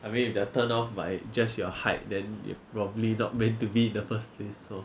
I mean if they are turn off by just your height then they are probably not meant to be the first place so